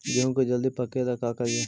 गेहूं के जल्दी पके ल का करियै?